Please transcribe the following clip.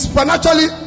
Financially